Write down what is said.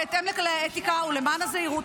בהתאם לכללי האתיקה ולמען הזהירות,